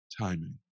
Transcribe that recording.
timing